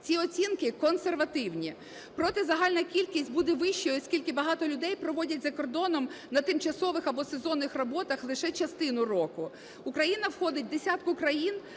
ці оцінки консервативні. Проте загальна кількість буде вищою, оскільки багато людей проводять за кордоном на тимчасових або сезонних роботах лише частину року. Україна входить у десятку країн